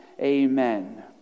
Amen